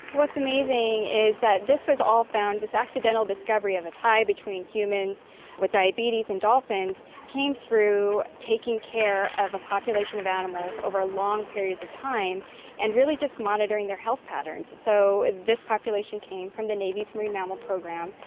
what's amazing that this was all found, this accidental discovery of a tie between humans with diabetes and dolphins came through taking care of a population of animals over a long period of time and really just monitoring their health patterns. so this population came from the navy's marine mammal program,